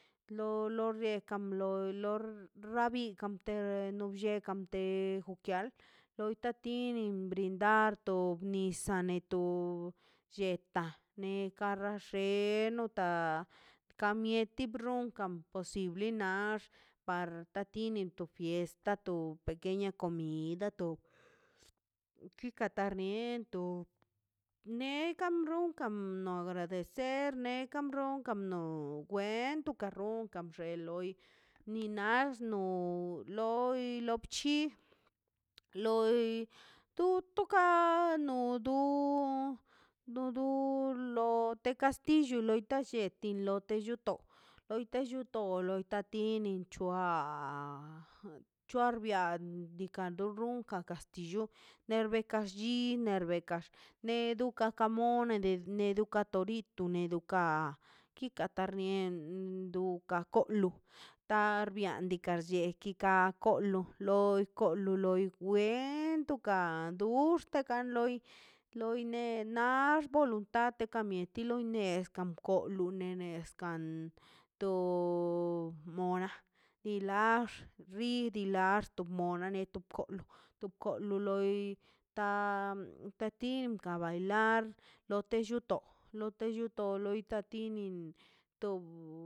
Lo lo rekan loi lo rabi kan te nobllekan te ial loi ta tini brindar to nisaꞌ netoꞌ lletaꞌ ne kara xe nota ka mieti runkan posibli na par ta tini to fiesta to pequeña comida to kita tarnie nekan te karunkan agradecer ne karon kamno cuento karron ka xe loi ni nas no loi lo bchi loi tu tuka no du lu du lo te kastillo loi ka lletin lo te chuto loi tu chutu loi ta tinin bua chorbia diikaꞌ lo runkan kastillo nerbeka lli nerbeka ne deka karmole nedeka torito ne duka kika tarnie duka kolutar biakan llicheka loi loko loi wento ka du duxteka loi loi ne nar voluntad ka mieti lone neska kom tu lone kan to mora dilax ri dilax di rilaxton tob kolo tob kolo loi ta tatinkan bailar lote lluto lo te lluto tiai tati tinin tob.